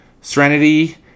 Serenity